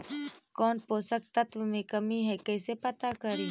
कौन पोषक तत्ब के कमी है कैसे पता करि?